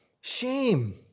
shame